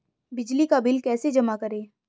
बिजली का बिल कैसे जमा करें?